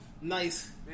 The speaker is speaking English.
nice